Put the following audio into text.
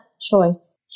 choice